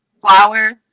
flowers